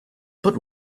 but